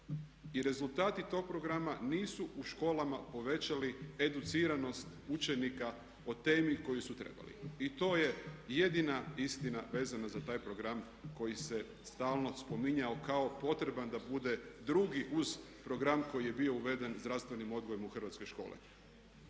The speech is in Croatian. I rezultati tog programa nisu u školama povećali educiranost učenika o temi koju su trebali. I to je jedina istina vezana za taj program koji se stalno spominjao kao potreban da bude drugi uz program koji je bio uveden zdravstvenim odgojem u hrvatske škole.